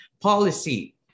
policy